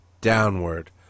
downward